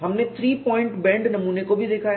हमने three point bend नमूने को भी देखा है